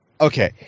Okay